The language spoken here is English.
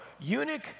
eunuch